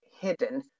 hidden